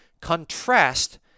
contrast